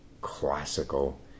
classical